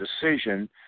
decision